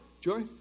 Joy